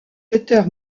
peter